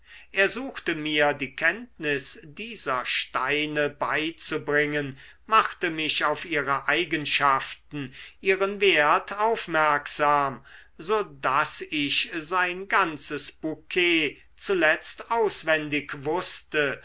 er suchte mir die kenntnis dieser steine beizubringen machte mich auf ihre eigenschaften ihren wert aufmerksam so daß ich sein ganzes bouquet zuletzt auswendig wußte